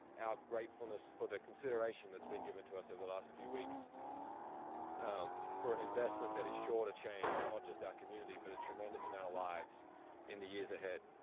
our gratefullness for the consideration that's been given to us over the last few weeks for an investment that is sure to change not just our community but a tremendous amount of lives in the years ahead.